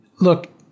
look